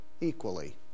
equally